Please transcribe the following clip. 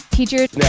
Teachers